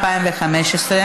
התשע"ה 2015,